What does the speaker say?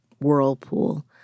Whirlpool